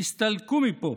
תסתלקו מפה.